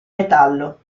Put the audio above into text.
metallo